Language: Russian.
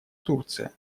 турция